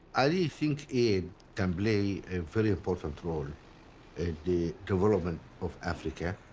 i really think aid can play a very important role the development of africa.